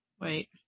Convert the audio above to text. Wait